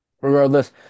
Regardless